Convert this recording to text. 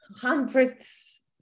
hundreds